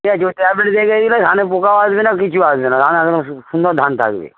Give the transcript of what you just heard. ঠিক আছে ওই ট্যাবলেট রেখে গিলে ধানে পোকাও আসবে না কিছু আসবে না ধান একদম সুন্দর সুন্দর ধান থাকবে